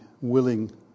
willing